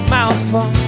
mouthful